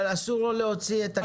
אסור לו להוציא את הכלי.